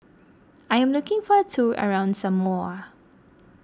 I am looking for a tour around Samoa